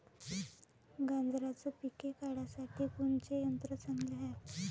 गांजराचं पिके काढासाठी कोनचे यंत्र चांगले हाय?